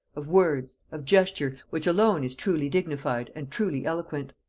of words, of gesture, which alone is truly dignified and truly eloquent.